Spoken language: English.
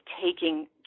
taking